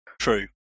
True